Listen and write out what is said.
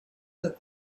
that